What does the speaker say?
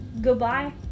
goodbye